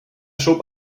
schob